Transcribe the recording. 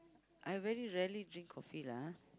I very rarely drink coffee lah